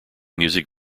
music